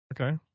Okay